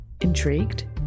Intrigued